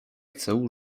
chcę